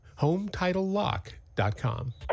hometitlelock.com